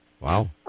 Wow